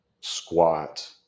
squat